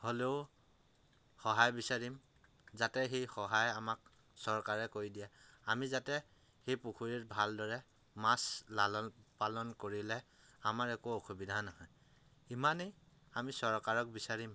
হ'লেও সহায় বিচাৰিম যাতে সেই সহায়ে আমাক চৰকাৰে কৰি দিয়ে আমি যাতে সেই পুখুৰীত ভালদৰে মাছ লালন পালন কৰিলে আমাৰ একো অসুবিধা নহয় ইমানেই আমি চৰকাৰক বিচাৰিম